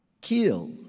kill